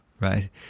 right